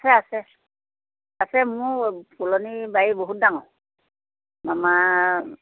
আছে আছে আছে মোৰ ফুলনিবাৰী বহুত ডাঙৰ আমাৰ